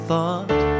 thought